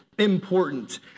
important